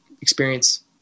experience